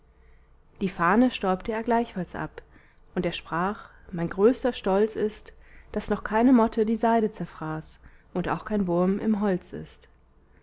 die fahne stäubte er gleichfalls ab und er sprach mein größter stolz ist daß noch keine motte die seide zerfraß und auch kein wurm im holz ist